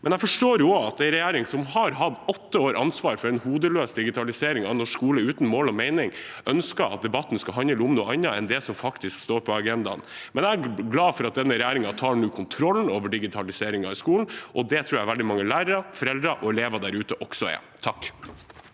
Jeg forstår jo at en regjering som i åtte år har hatt ansvar for en hodeløs digitalisering av norsk skole uten mål og mening, ønsker at debatten skal handle om noe annet enn det som faktisk står på agendaen. Jeg er imidlertid glad for at denne regjeringen nå tar kontroll over digitaliseringen i skolen, og det tror jeg veldig mange lærere, foreldre og elever der ute også er. Lars